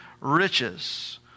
riches